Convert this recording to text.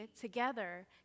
together